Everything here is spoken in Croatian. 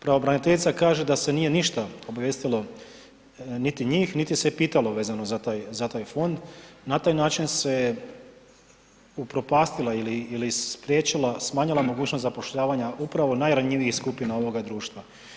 Pravobraniteljica kaže da se nije ništa obavijestilo niti njih niti se pitalo vezano za taj fond, na taj način se upropastila ili spriječila, smanjila mogućnost zapošljavanja upravo najranjivijih skupina ovoga društva.